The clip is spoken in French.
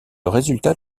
résultat